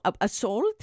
assault